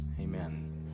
Amen